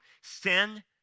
sin